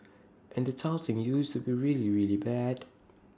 and the touting used to be really really bad